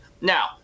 Now